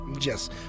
Yes